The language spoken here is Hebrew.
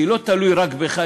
כי זה לא תלוי רק בך,